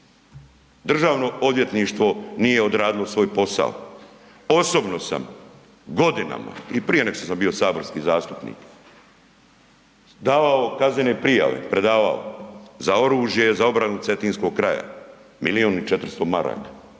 Državno odvjetništvo nije odradilo svoj posao. Osobno sam godinama i prije nego što sam bio saborski zastupnik davao kaznene prijave, predavao, za oružje, za obranu Cetinskog kraja, milijun i 400 maraka,